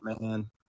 man